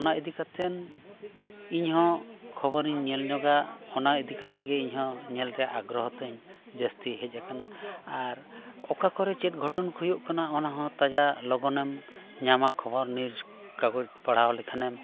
ᱚᱱᱟ ᱤᱫᱤ ᱠᱟᱛᱮᱫ ᱤᱧ ᱦᱚᱸ ᱠᱷᱚᱵᱚᱨᱤᱧ ᱧᱮᱞ ᱧᱚᱜᱟ ᱚᱱᱟ ᱤᱫᱤ ᱠᱟᱛᱮᱫ ᱜᱮ ᱤᱧᱦᱚᱸ ᱧᱮᱞ ᱨᱮᱭᱟᱜ ᱟᱜᱽᱜᱨᱚᱦᱚ ᱛᱤᱧ ᱡᱟᱹᱥᱛᱤ ᱦᱮᱡ ᱠᱟᱱᱟ ᱟᱨ ᱚᱠᱟ ᱠᱚᱨᱮ ᱪᱮᱫ ᱜᱷᱚᱴᱚᱱ ᱠᱚ ᱦᱩᱭᱩᱜ ᱠᱟᱱᱟ ᱚᱱᱟ ᱦᱚᱸ ᱛᱟᱡᱟ ᱞᱚᱜᱚᱱᱮᱢ ᱧᱟᱢᱟ ᱠᱷᱚᱵᱚᱨ ᱱᱤᱭᱩᱡᱽ ᱠᱟᱜᱚᱡᱽ ᱯᱟᱲᱦᱟᱣ ᱞᱮᱠᱷᱟᱱᱮᱢ